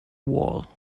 wall